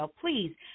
please